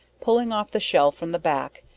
pulling off the shell from the back,